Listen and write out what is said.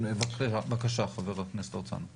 בבקשה, חבר הכנסת הרצנו.